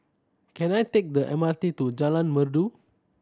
can I take the M R T to Jalan Merdu